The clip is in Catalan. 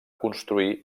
construir